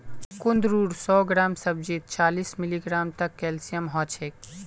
कुंदरूर सौ ग्राम सब्जीत चालीस मिलीग्राम तक कैल्शियम ह छेक